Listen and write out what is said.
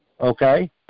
okay